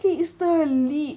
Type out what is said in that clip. he is the lead